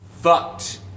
fucked